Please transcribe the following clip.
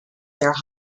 their